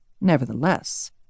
Nevertheless